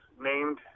named